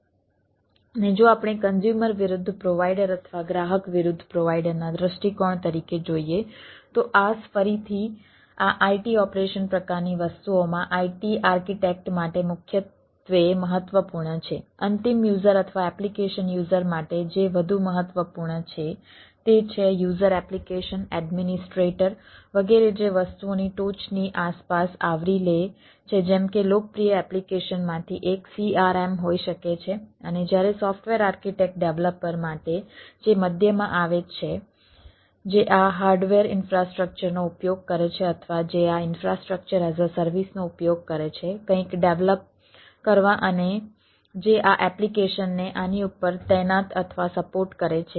અને જો આપણે કન્ઝ્યુમર વિરુદ્ધ પ્રોવાઈડર અથવા ગ્રાહક વિરુદ્ધ પ્રોવાઈડરના દૃષ્ટિકોણ તરીકે જોઈએ તો IaaS ફરીથી આ IT ઓપરેશન પ્રકારની વસ્તુઓમાં IT આર્કિટેક્ટ કરવા અને જે આ એપ્લિકેશનને આની ઉપર તૈનાત અથવા સપોર્ટ કરે છે